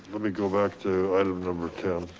me go back to item number ten.